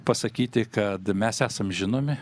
pasakyti kad mes esam žinomi